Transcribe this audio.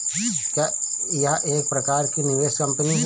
क्या यह एक प्रकार की निवेश कंपनी है?